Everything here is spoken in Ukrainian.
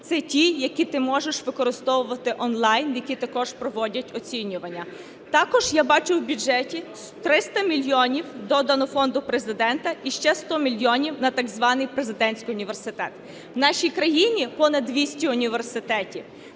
це ті, які ти можеш використовувати онлайн, які також проводять оцінювання. Також я бачу у бюджеті: 300 мільйонів додано Форду Президента і ще 100 мільйонів на так званий Президентський університет. В нашій країні понад 200 університетів,